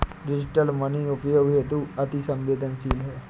digital money उपयोग हेतु अति सवेंदनशील है